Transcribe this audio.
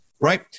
right